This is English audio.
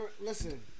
Listen